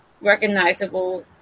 recognizable